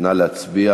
נא להצביע